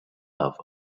off